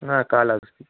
না কাল আসবি